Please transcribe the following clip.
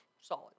solid